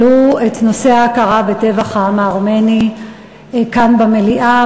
העלו את נושא ההכרה בטבח העם הארמני כאן במליאה,